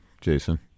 jason